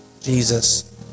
Jesus